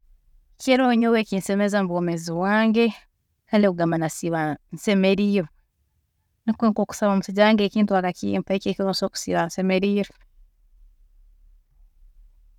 Ekiro nyowe ekinsemeza mubwoomeezi bwange kare kugamba nasiiba nsemeriirwe, nikwe nko kusaba omusaija wange ekintu akakimpa, eki ekiro nsobola kusiiba nsemeriirwe.